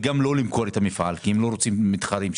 למכור אותו כי הם לא רוצים מתחרים?